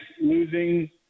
losing